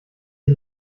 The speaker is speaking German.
die